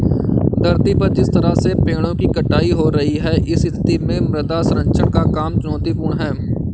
धरती पर जिस तरह से पेड़ों की कटाई हो रही है इस स्थिति में मृदा संरक्षण का काम चुनौतीपूर्ण है